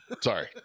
sorry